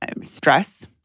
stress